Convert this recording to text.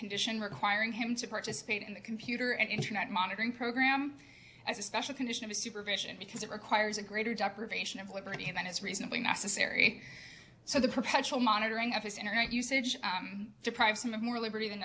condition requiring him to participate in the computer and internet monitoring program as a special condition of supervision because it requires a greater deprivation of liberty and that is reasonably necessary so the perpetual monitoring of his internet usage deprives them of more liberty than